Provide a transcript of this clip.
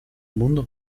mundo